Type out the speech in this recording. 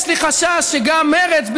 יש לי חשש שגם מרצ,